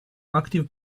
active